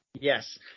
Yes